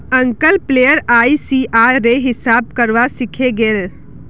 uncle player ICR रे हिसाब करवा सीखे गेल